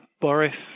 Boris